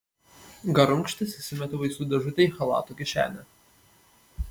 garunkštis įsimetė vaistų dėžutę į chalato kišenę